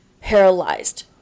paralyzed